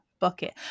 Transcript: bucket